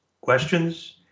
questions